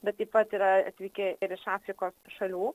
bet taip pat yra atvykę ir iš afrikos šalių